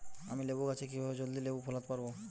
আমি লেবু গাছে কিভাবে জলদি লেবু ফলাতে পরাবো?